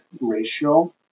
ratio